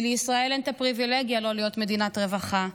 כי לישראל אין את הפריבילגיה לא להיות מדינת רווחה,